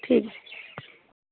ठीक ऐ